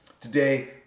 today